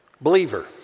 Believer